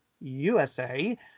USA